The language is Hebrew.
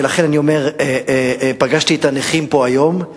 ולכן אני אומר: פגשתי פה היום את הנכים,